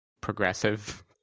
progressive